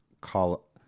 call